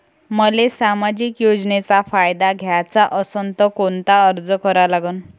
मले सामाजिक योजनेचा फायदा घ्याचा असन त कोनता अर्ज करा लागन?